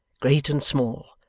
great and small,